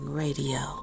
radio